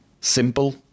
simple